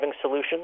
solutions